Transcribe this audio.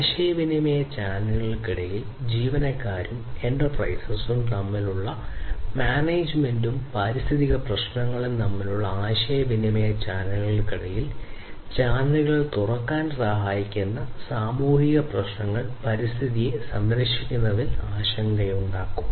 ആശയവിനിമയ ചാനലുകൾക്കിടയിൽ ജീവനക്കാരും എന്റർപ്രൈസസും തമ്മിലുള്ള മാനേജ്മെന്റും പാരിസ്ഥിതിക പ്രശ്നങ്ങളും തമ്മിലുള്ള ആശയവിനിമയ ചാനലുകൾക്കിടയിൽ ചാനലുകൾ തുറക്കാൻ സഹായിക്കുന്ന സാമൂഹിക പ്രശ്നങ്ങൾ പരിസ്ഥിതിയെ സംരക്ഷിക്കുന്നതിൽ ആശങ്കയുണ്ടാക്കും